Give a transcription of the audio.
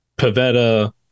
Pavetta